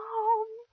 home